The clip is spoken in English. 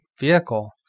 vehicle